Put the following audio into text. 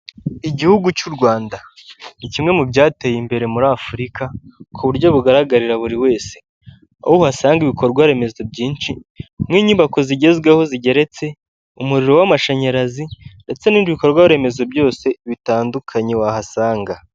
Igihugu cy'u Rwanda ni kimwe mu byateye imbere muri Afurika ku buryo bugaragarira buri wese aho uhasanga ibikorwaremezo byinshi nk'inyubako zigezweho zigeretse, umuriro w'amashanyarazi ndetse n'ibindi bikorwaremezo byose bitandukanye wahasanga.